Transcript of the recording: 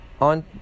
on